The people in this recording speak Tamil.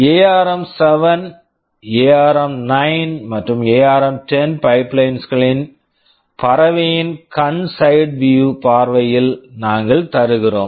எஆர்ம்7 ARM7 எஆர்ம்9 ARM9 மற்றும் எஆர்ம் 10 ARM10 பைப்லைன்ஸ் pipelines களின் பறவையின் கண் சைடு வியூ side view பார்வையில் நாங்கள் தருகிறோம்